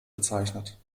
bezeichnet